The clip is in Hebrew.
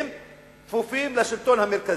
כפופים לשלטון המרכזי.